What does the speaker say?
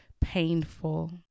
painful